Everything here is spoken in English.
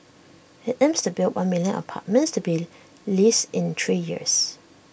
IT aims to build one million apartments to be leased in three years